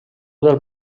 del